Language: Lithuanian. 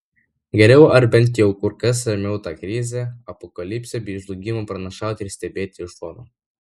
geriau ar bent jau kur kas ramiau tą krizę apokalipsę bei žlugimą pranašauti ir stebėti iš šono